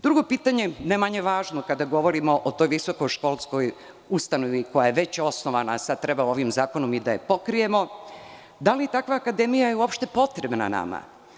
Drugo pitanje, ne manje važno, kada govorimo o toj visokoškolskoj ustanovi koja je već osnovana, a sada treba ovim zakonom i da je pokrijemo, glasi – da li je takva akademija uopšte potrebna nama?